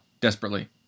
desperately